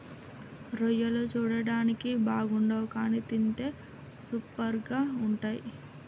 రొయ్యలు చూడడానికి బాగుండవ్ కానీ తింటే సూపర్గా ఉంటయ్